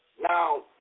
Now